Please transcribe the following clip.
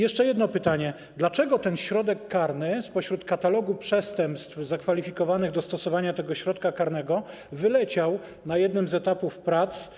Jeszcze jedno pytanie: Dlaczego ten środek karny spośród katalogu przestępstw zakwalifikowanych do stosowania tego środka karnego wyleciał na jednym z etapów prac?